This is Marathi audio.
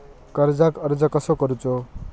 कर्जाक अर्ज कसो करूचो?